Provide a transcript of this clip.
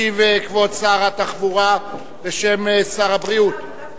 ישיב כבוד שר התחבורה, בשם שר הבריאות.